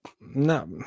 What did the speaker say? No